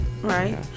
right